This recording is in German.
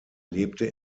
lebte